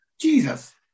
Jesus